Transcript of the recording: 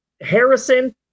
Harrison